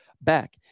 back